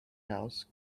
house